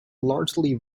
largely